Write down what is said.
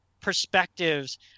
perspectives